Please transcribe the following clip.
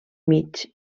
mig